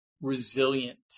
resilient